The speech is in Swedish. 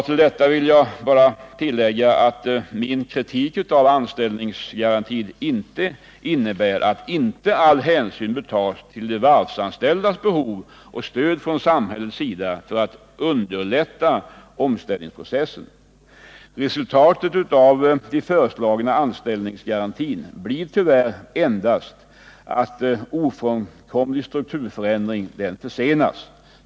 Till detta vill jag bara tillägga att min kritik av anställningsgarantin inte innebär att inte all hänsyn bör tas till de varvsanställdas behov av stöd från samhällets sida för att underlätta omställningsprocessen. Resultatet av den föreslagna sysselsättningsgarantin blir tyvärr endast att ofrånkomliga strukturförändringar försenas.